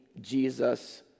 Jesus